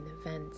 events